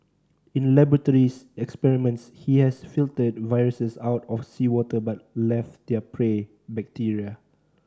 in laboratory experiments he has filtered viruses out of seawater but left their prey bacteria